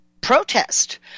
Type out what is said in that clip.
protest